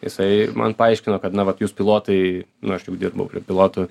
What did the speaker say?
jisai man paaiškino kad na vat jūs pilotai nu aš jau dirbau prie pilotų